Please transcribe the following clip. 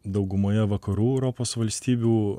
daugumoje vakarų europos valstybių